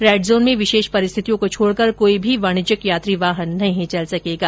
red zone में विशेष परिस्थितियों को छोडकर कोई भी वाणिज्यिक यात्री वाहन नहीं चल सकेगा